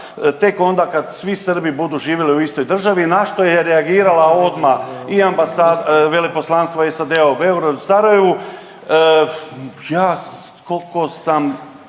tek onda kad svi Srbi budu živjeli u istoj državi na što je reagirala odmah i ambasada, Veleposlanstvo SAD-a u Beogradu, Sarajevu, ja koliko sam